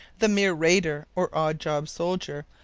the mere raider, or odd-job soldier,